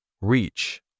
Reach